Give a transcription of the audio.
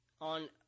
On